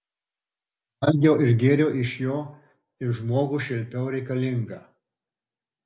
valgiau ir gėriau iš jo ir žmogų šelpiau reikalingą